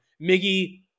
Miggy